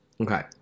Okay